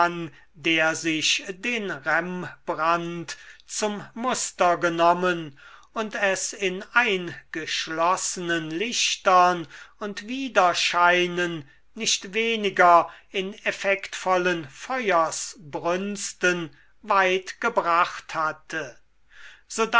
der sich den rembrandt zum muster genommen und es in eingeschlossenen lichtern und widerscheinen nicht weniger in effektvollen feuersbrünsten weit gebracht hatte